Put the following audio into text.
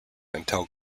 until